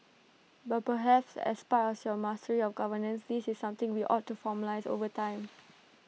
but perhaps as part as your mastery of governance this is something we ought to formalise over time